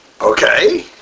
Okay